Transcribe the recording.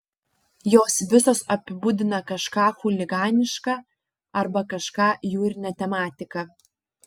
jos visos apibūdina kažką chuliganiška arba kažką jūrine tematika